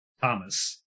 Thomas